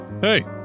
Hey